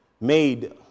made